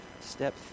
step